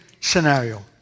scenario